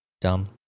Dumb